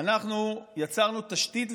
אחרי התוצאות,